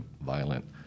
violent